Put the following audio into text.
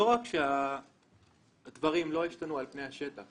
לא רק שהדברים לא השתנו על פני השטח,